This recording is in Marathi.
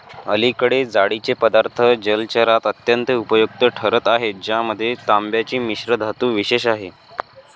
अलीकडे जाळीचे पदार्थ जलचरात अत्यंत उपयुक्त ठरत आहेत ज्यामध्ये तांब्याची मिश्रधातू विशेष आहे